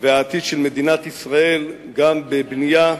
והעתיד של מדינת ישראל גם בבנייה,